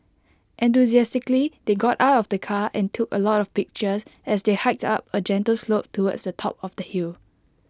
enthusiastically they got out of the car and took A lot of pictures as they hiked up A gentle slope towards the top of the hill